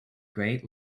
great